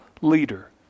leader